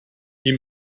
ihm